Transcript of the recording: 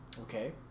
Okay